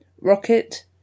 Rocket